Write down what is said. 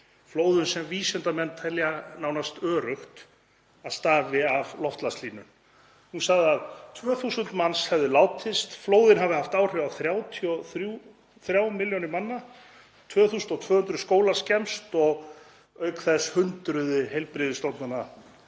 flóðum sem vísindamenn telja nánast öruggt að stafi af loftslagshlýnun. Hún sagði að 2.000 manns hefðu látist, flóðin hafi haft áhrif á 33 milljónir manna, 2.200 skólar skemmst og auk þess séu hundruð heilbrigðisstofnana